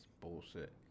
bullshit